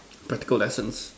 practical lessons